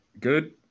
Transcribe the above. good